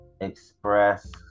express